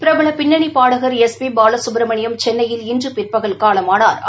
பிரபல பின்னணி பாடகா் எஸ் பி பாலசுப்ரமணியம் சென்னையில் இன்று பிற்பகல் காலமானாா்